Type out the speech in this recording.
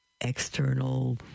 external